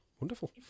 Wonderful